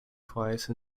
twice